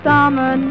Summer